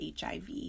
HIV